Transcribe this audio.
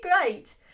great